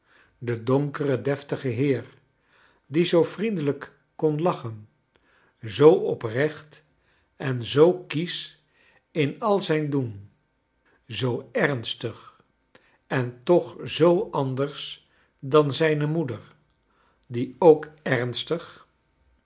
de donkere dcftige heer die zoo vriendelijk kon lachen zoo oprecht en zoo kiesch in al zijn doen zoo ernstig en toch zoo anders dan zijne moeder die ook ernstig